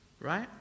Right